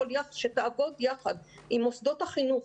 שתעבוד יחד עם מוסדות החינוך.